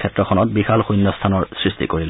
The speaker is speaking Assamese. ক্ষেত্ৰখনত বিশাল শূন্যস্থানৰ সৃষ্টি কৰিলে